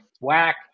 whack